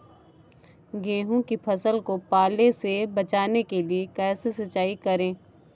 गेहूँ की फसल को पाले से बचाने के लिए कैसे सिंचाई करें?